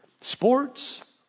Sports